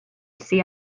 see